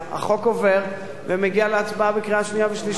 החוק עובר ומגיע להצבעה בקריאה שנייה ושלישית.